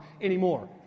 anymore